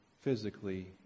physically